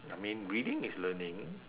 I mean reading is learning